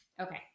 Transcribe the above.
Okay